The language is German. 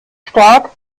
stark